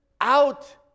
out